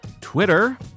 Twitter